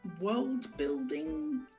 world-building